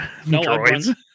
droids